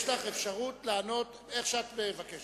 יש לך אפשרות לענות איך שאת מבקשת.